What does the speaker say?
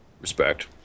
Respect